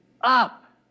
up